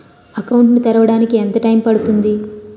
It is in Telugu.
అకౌంట్ ను తెరవడానికి ఎంత టైమ్ పడుతుంది?